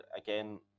again